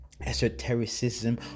esotericism